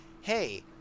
hey